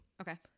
Okay